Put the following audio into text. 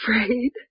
afraid